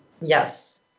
Yes